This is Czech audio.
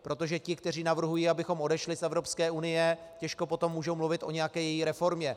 Protože ti, kteří navrhují, abychom odešli z Evropské unie, těžko potom můžou mluvit o nějaké její reformě.